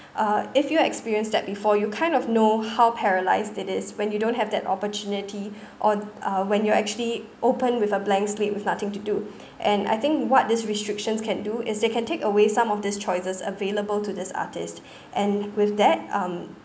uh if you have experience that before you kind of know how paralysed it is when you don't have that opportunity on uh when you're actually opened with a blank slate with nothing to do and I think what these restrictions can do is they can take away some of these choices available to this artist and with that um